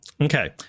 Okay